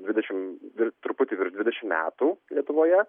dvidešim truputį virš dvidešim metų lietuvoje